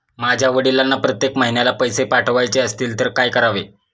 माझ्या वडिलांना प्रत्येक महिन्याला पैसे पाठवायचे असतील तर काय करावे?